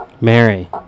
Mary